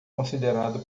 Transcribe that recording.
considerado